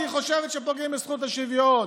כי היא חושבת שפוגעים בזכות השוויון,